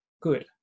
good